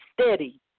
steady